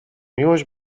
miłość